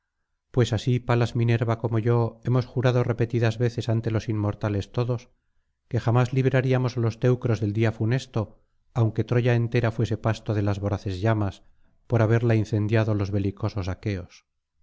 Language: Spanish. pues así palas minerva como yo hemos jurado repetidas veces ante los inmortales todos que jamás libraríamos á los teucros del día funesto aunque troya entera fuese pasto de las voraces llamas por haberla incendiado los belicosos aqueos